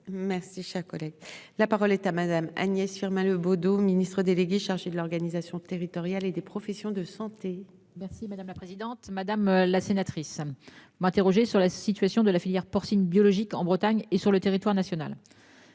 Merci, cher collègue, la parole est à Madame Agnès Firmin Le Bodo, Ministre délégué chargé de l'organisation territoriale et des professions de santé. Merci madame la présidente, madame la sénatrice m'interroger sur la situation de la filière porcine biologique en Bretagne et sur le territoire national.